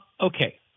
Okay